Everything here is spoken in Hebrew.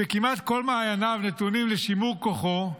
שכמעט כל מעייניו נתונים לשימור כוחו,